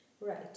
Right